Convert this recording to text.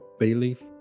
Bayleaf